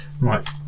Right